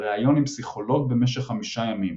וריאיון עם פסיכולוג במשך חמישה ימים.